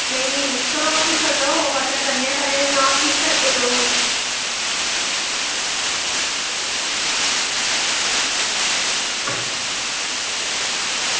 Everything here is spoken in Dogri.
नेईं चलो ओह् ते छड्डो बाद च अस करने आं पैह्लें एह् सनाओ ठीक करगे तुस